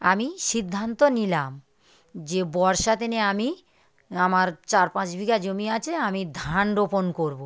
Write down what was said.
আমি সিদ্ধান্ত নিলাম যে বর্ষা দিনে আমি আমার চার পাঁচ বিঘা জমি আছে আমি ধান রোপণ করবো